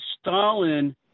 Stalin